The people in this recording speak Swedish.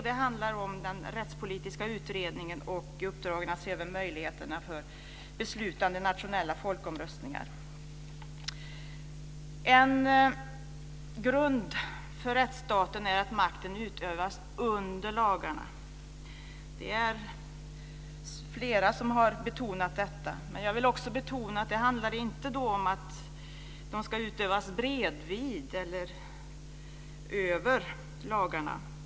Det handlar om den rättspolitiska utredningen och om uppdraget att se över möjligheten för beslutande nationella folkomröstningar. En grund för rättsstaten är att makten utövas under lagarna. Det är flera som har betonat detta. Men jag vill också betona att det inte handlar om att den ska utövas bredvid eller över lagarna.